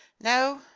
No